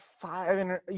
five